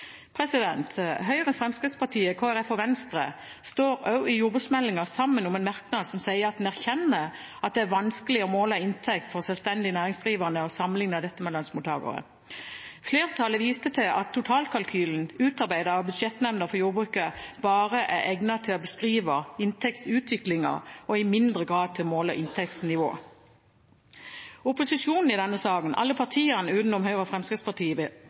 Høyre, Fremskrittspartiet, Kristelig Folkeparti og Venstre står også i jordbruksmeldingen sammen om en merknad som sier at en erkjenner at det er vanskelig å måle inntekt for selvstendig næringsdrivende og sammenligne dette med lønnsmottakere. Flertallet viste til at totalkalkylen utarbeidet av Budsjettnemnda for jordbruket bare er egnet til å beskrive inntektsutviklingen og i mindre grad til å måle inntektsnivå. Opposisjonen i denne saken, alle partiene utenom Høyre og Fremskrittspartiet,